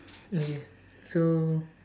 okay so